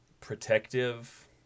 protective